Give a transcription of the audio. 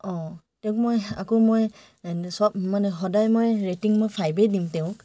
অঁ তেওঁক মই আকৌ মই চব মানে সদায় মই ৰেটিং মই ফাইবেই দিম তেওঁক